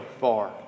far